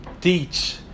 teach